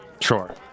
Sure